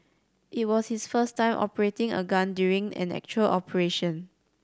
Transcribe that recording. it was his first time operating a gun during an actual operation